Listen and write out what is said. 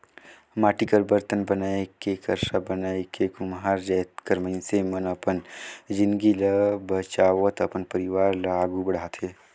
माटी कर बरतन बनाए के करसा बनाए के कुम्हार जाएत कर मइनसे मन अपन जिनगी ल चलावत अपन परिवार ल आघु बढ़ाथे